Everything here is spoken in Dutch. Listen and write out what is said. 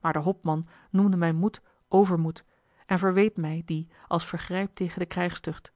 maar de hopman noemde mijn moed overmoed en verweet mij dien als vergrijp tegen de krijgstucht